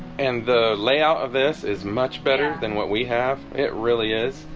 and the layout of this is much better than what we have it really is.